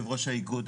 ראשון,